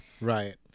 Right